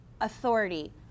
authority